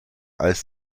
als